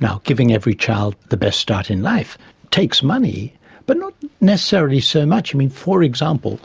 now giving every child the best start in life takes money but not necessarily so much. i mean for example